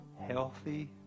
healthy